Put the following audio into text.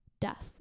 death